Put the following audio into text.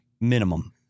minimum